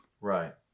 Right